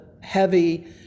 heavy